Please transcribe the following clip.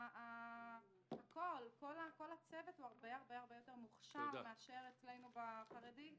כל הצוות הרבה יותר מוכשר מאשר אצלנו בחינוך החרדי.